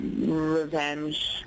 revenge